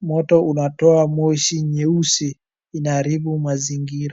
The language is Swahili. moto unatoa moshi nyeusi inaharibu mazingira.